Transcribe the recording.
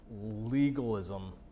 legalism